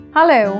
Hello